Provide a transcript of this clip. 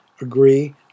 agree